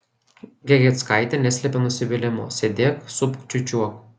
gegieckaitė neslėpė nusivylimo sėdėk supk čiūčiuok